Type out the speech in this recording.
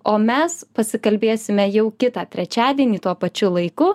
o mes pasikalbėsime jau kitą trečiadienį tuo pačiu laiku